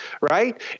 Right